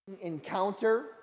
encounter